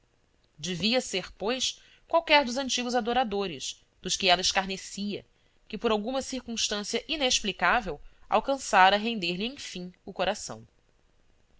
devia ser pois qualquer dos antigos adoradores dos que ela escarnecia que por alguma circunstância inexplicável alcançara render lhe enfim o coração